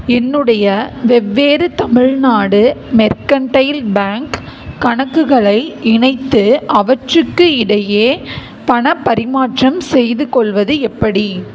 என்னுடைய வெவ்வேறு Tamil Nadu mercantile bank கணக்குகளை இணைத்து அவற்றுக்கிடையே பணப் பரிமாற்றம் செய்துகொள்வது எப்படி